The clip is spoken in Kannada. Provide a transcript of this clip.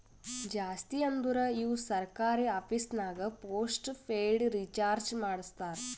ಜಾಸ್ತಿ ಅಂದುರ್ ಇವು ಸರ್ಕಾರಿ ಆಫೀಸ್ನಾಗ್ ಪೋಸ್ಟ್ ಪೇಯ್ಡ್ ರೀಚಾರ್ಜೆ ಮಾಡಸ್ತಾರ